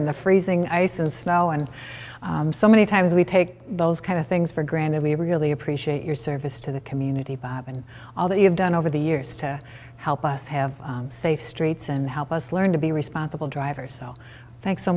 in the freezing ice and snow and so many times we take those kind of things for granted we really appreciate your service to the community and all that you've done over the years to help us have safe streets and help us learn to be responsible drivers so thanks so